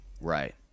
Right